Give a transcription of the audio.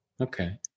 Okay